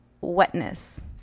wetness